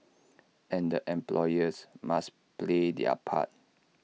and employers must play their part